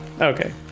Okay